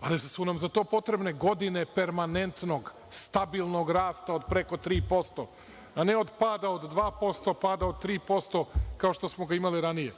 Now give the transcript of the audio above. ali su nam za to potrebne godine permanentnog stabilnog rasta od preko 3%, a ne od pada od 2%, pada od 3%, kao što smo ga imali ranije.